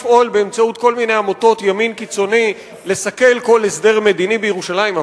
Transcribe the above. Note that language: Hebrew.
לפעול באמצעות כל מיני עמותות ימין קיצוני לסכל כל הסדר מדיני בירושלים,